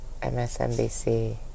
MSNBC